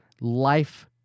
life